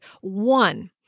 one